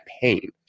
pain